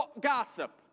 gossip